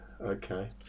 okay